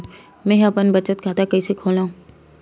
मेंहा अपन बचत खाता कइसे खोलव?